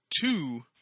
two